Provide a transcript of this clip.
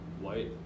white